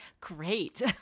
great